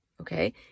okay